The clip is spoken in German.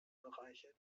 bereiche